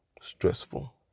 stressful